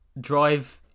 drive